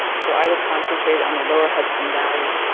so, i will concentrate on the lower hudson valley.